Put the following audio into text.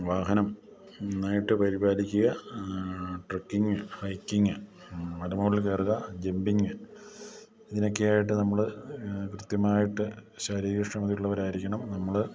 വാഹനം നന്നായിട്ട് പരിപാലിക്കുക ട്രക്കിങ്ങ് ഹൈക്കിങ്ങ് മലമുകളിൽ കയറുക ജമ്പിങ്ങ് ഇതിനൊക്കെയായിട്ട് നമ്മൾ കൃത്യമായിട്ട് ശാരീരിക ക്ഷമതയുള്ളവരായിരിക്കണം നമ്മൾ